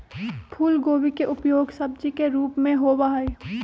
फूलगोभी के उपयोग सब्जी के रूप में होबा हई